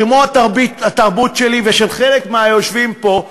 כמו התרבות שלי ושל חלק מהיושבים פה,